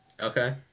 Okay